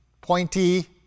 pointy